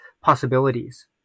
possibilities